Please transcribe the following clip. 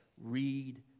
Read